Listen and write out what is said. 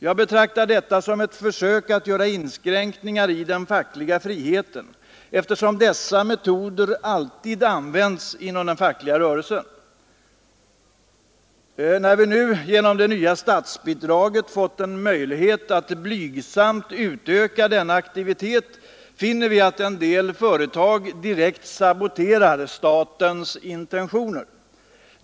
Jag betraktar detta som ett försök att göra inskränkningar i den fackliga friheten, eftersom dessa metoder alltid används inom den fackliga rörelsen. När vi nu genom det nya statsbidraget fått en möjlighet att blygsamt utöka denna aktivitet finner vi att en del företag direkt saboterar statens intentioner.